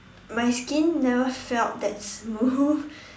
my skin never felt that smooth